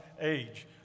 age